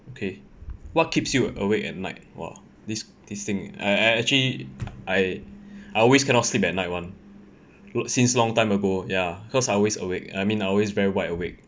okay what keeps you awake at night !wah! this this thing I I actually I I always cannot sleep at night [one] since long time ago ya cause I always awake I mean I always very wide awake